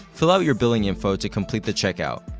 fill out your billing info to complete the checkout.